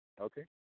Okay